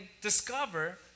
discover